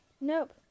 Nope